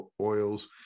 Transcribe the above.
oils